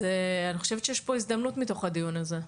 אני חושבת שיש פה הזדמנות מתוך הדיון הזה.